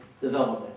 development